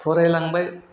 फराय लांबाय